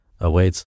Awaits